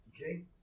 Okay